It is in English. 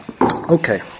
Okay